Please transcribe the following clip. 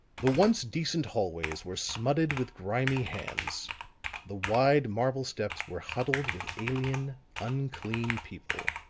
the once decent hallways were smutted with grimy hands the wide marble steps were huddled with alien, unclean people.